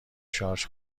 شارژ